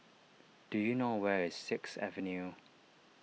do you know where is six Avenue